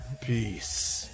Peace